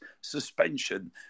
suspension